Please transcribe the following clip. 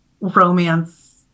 romance